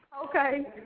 Okay